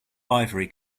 ivory